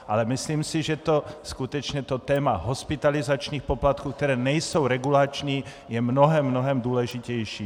Ale myslím si, že skutečně to téma hospitalizačních poplatků, které nejsou regulační, je mnohem, mnohem důležitější.